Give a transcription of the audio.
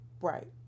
Right